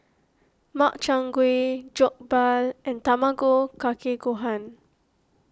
Makchang Gui Jokbal and Tamago Kake Gohan